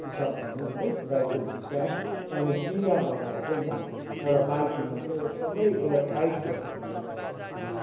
पिसाब भनौँ न है गाईको पिसाब त्यहाँदेखि पिना लगाएर चाहिँ म एउटा बाल्टीमा चाहिँ एकदमै एयर टाइट गरेर राख्छु